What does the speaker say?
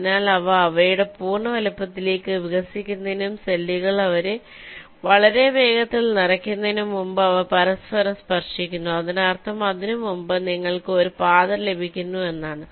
അതിനാൽ അവ അവയുടെ പൂർണ്ണ വലുപ്പത്തിലേക്ക് വികസിക്കുന്നതിനും സെല്ലുകൾ വളരെ വേഗത്തിൽ നിറയ്ക്കുന്നതിനും മുമ്പ് അവ പരസ്പരം സ്പർശിക്കുന്നു അതിനർത്ഥം അതിനുമുമ്പ് നിങ്ങൾക്ക് ഒരു പാത ലഭിക്കുന്നു എന്നാണ്